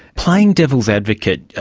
playing devil's advocate,